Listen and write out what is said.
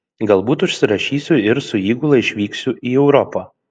galbūt užsirašysiu ir su įgula išvyksiu į europą